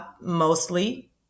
mostly